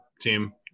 team